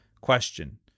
Question